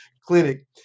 clinic